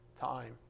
time